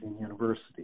University